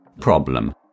problem